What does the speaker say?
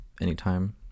anytime